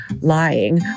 lying